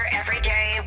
everyday